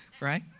Right